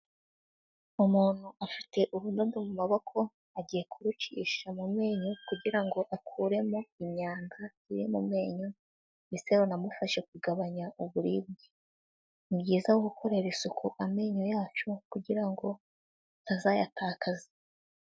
Umuntu afite urudodo mu maboko, agiye kurucisha mu menyo kugira ngo akuremo imyanda iri mu menyo ndetse runamufashe kugabanya uburibwe, ni byiza gukorera isuku amenyo yacu kugira ngo tutazayatakaza.